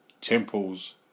Temples